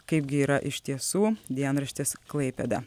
kaip gi yra iš tiesų dienraštis klaipėda